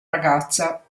ragazza